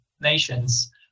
nations